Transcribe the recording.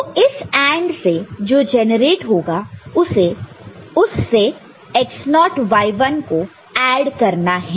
तो इस AND से जो जेनरेट होगा उससे x0y1 को ऐड करना है